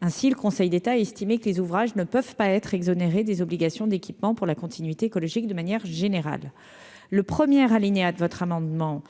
ainsi le Conseil d'État a estimé que les ouvrages ne peuvent pas être exonérée des obligations d'équipements pour la continuité écologique, de manière générale, le premier alinéa de votre amendement